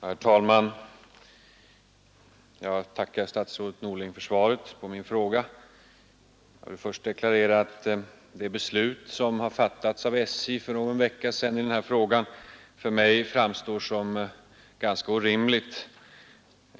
Herr talman! Jag tackar statsrådet Norling för svaret på min fråga. Jag vill först deklarera att det beslut som har fattats av SJ för någon vecka sedan i den här frågan för mig framstår som ganska orimligt.